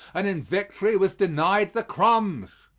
and in victory was denied the crumbs.